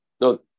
No